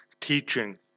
teaching